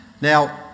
Now